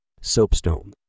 Soapstone